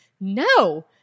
no